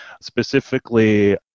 specifically